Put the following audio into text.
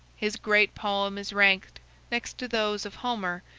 his great poem is ranked next to those of homer,